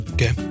Okay